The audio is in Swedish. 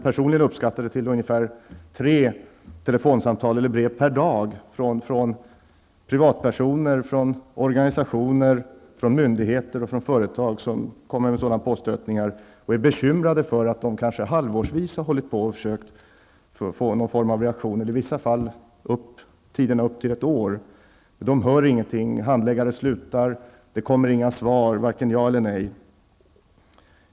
Personligen kan jag säga att jag får tre telefonsamtal eller brev per dag med påstötningar från privatpersoner, organisationer, myndigheter och företag. De är bekymrade över att de kanske ett halvår har försökt få någon reaktion. I vissa fall har det dröjt bortåt ett år. Man får inte höra någonting, handläggare slutar, det kommer inga svar -- varken ja eller nej.